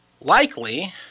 likely –